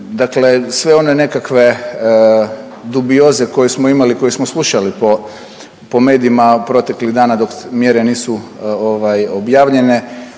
Dakle, sve one nekakve dubioze koje smo imali i koje smo slušali po medijima proteklih dana dok mjere nisu ovaj objavljene